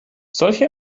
solche